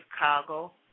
Chicago